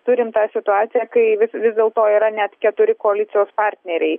turim tą situaciją kai vis dėl to yra net keturi koalicijos partneriai